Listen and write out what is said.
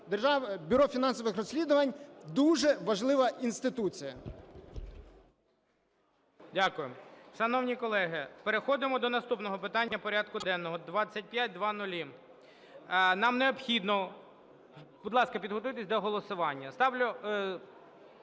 дякую. Бюро фінансових розслідувань – дуже важлива інституція. ГОЛОВУЮЧИЙ. Дякую. Шановні колеги, переходимо до наступного питання порядку денного – 2500. Нам необхідно... Будь ласка, підготуйтесь до голосування. Ставлю...